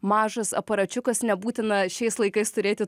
mažas aparačiukas nebūtina šiais laikais turėti